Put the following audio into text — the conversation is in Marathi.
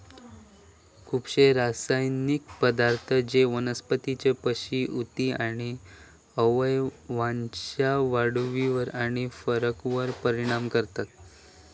खुपशे रासायनिक पदार्थ जे वनस्पतीचे पेशी, उती आणि अवयवांच्या वाढीवर आणि फरकावर परिणाम करतत